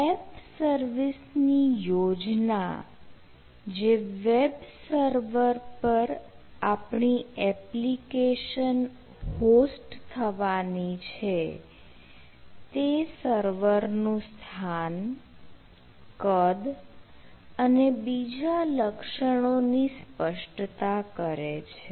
app સર્વિસની યોજના જે વેબ સર્વર પર આપણી એપ્લિકેશન હોસ્ટ થવાની છે તે સર્વર નું સ્થાન કદ અને બીજા લક્ષણો ની સ્પષ્ટતા કરે છે